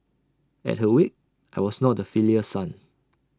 at her wake I was not A filial son